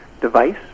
device